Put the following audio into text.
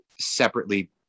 separately